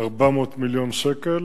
מיליארד שקל.